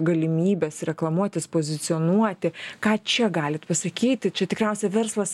galimybės reklamuotis pozicionuoti ką čia galit pasakyti čia tikriausiai verslas